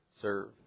serve